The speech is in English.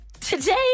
today